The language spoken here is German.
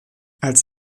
als